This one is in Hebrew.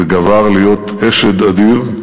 זה גבר להיות אשד אדיר,